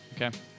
Okay